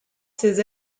ses